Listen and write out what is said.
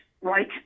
right